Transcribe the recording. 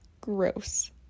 gross